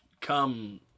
come